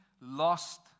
lost